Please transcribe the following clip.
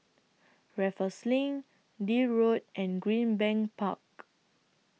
Raffles LINK Deal Road and Greenbank Park